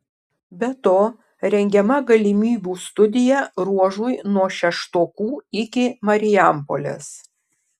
be to rengiama galimybių studija ruožui nuo šeštokų iki marijampolės